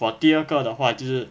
for 第二个的话就是